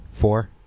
Four